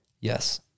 Yes